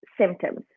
symptoms